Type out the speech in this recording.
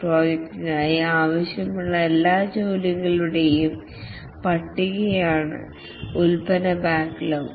പ്രൊജക്റ്റിനായി ആവശ്യമുള്ള എല്ലാ ജോലികളുടെയും പട്ടികയാണ് പ്രോഡക്ട് ബാക്ക്ലോഗ്